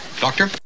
Doctor